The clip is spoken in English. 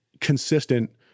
consistent